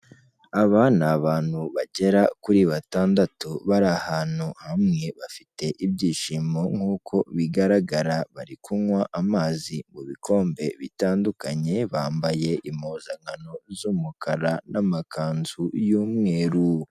Aba ni abantu bagera kuri batandatu bari ahantu hamwe bafite ibyishimo nk'uko bigaragara, bari kunywa amazi mu bikombe bitandukanye, bambaye impuzankano z'umukara n'amakanzu y'umweru.